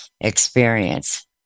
experience